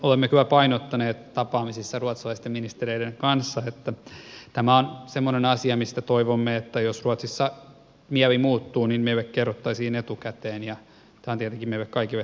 olemme kyllä painottaneet tapaamisissa ruotsalaisten ministereiden kanssa että tämä on semmoinen asia mistä toivomme että jos ruotsissa mieli muuttuu niin meille kerrottaisiin etukäteen ja tämä on tietenkin meille kaikille tärkeätä